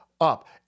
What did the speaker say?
up